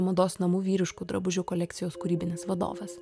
mados namų vyriškų drabužių kolekcijos kūrybinis vadovas